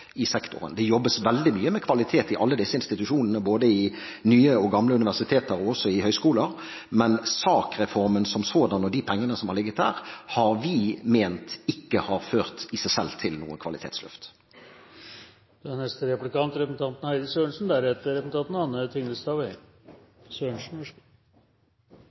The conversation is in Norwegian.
i sektoren. Det jobbes veldig mye med kvalitet i alle disse institusjonene, både i nye og i gamle universiteter og også i høyskoler, men saksreformen som sådan og de pengene som har ligget der, har vi ment at i seg selv ikke har ført til noe kvalitetsløft. Ja, vi er